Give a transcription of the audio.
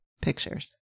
pictures